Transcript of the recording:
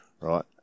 right